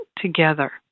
together